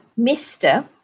Mr